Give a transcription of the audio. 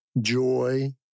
joy